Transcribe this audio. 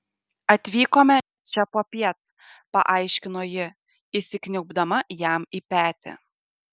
atvykome čia popiet paaiškino ji įsikniaubdama jam į petį